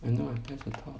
I know I press the top